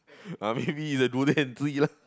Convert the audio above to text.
ah maybe the durian tree lah